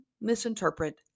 misinterpret